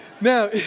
Now